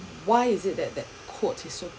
why is it that that quote is so